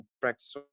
practice